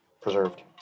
preserved